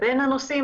ובין הנושאים,